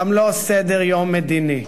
גם סדר-יום מדיני.